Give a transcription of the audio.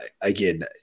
again